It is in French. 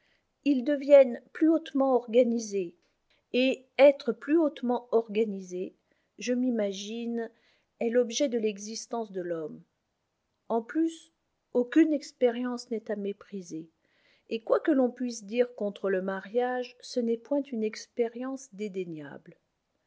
ils deviennent plus hautement organisés et être plus hautement organisé je m'imagine est l'objet de l'existence de l'homme en plus aucune expérience n'est à mépriser et quoi que l'on puisse dire contre le mariage ce n'est point une expérience